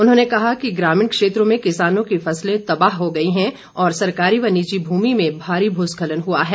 उन्होंने कहा कि ग्रामीण क्षेत्रों में किसानों की फसलें तबाह हो गई हैं और सरकारी व निजी भूमि में भारी मूस्खलन हुआ है